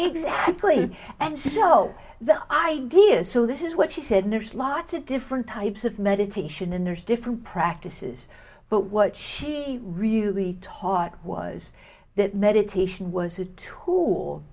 exactly and so the idea is so this is what she said there's lots of different types of meditation and there's different practices but what she really taught was that meditation was a tool